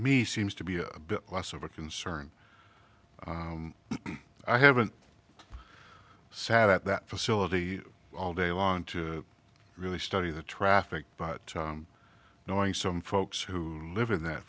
me seems to be a bit less of a concern i haven't sat at that facility all day long to really study the traffic but knowing some folks who live in that